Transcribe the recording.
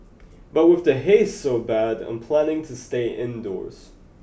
but with the haze so bad I'm planning to stay indoors